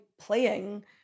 playing